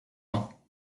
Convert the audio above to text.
ans